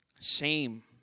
Shame